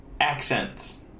accents